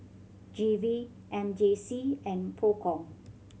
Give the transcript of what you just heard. G V M J C and Procom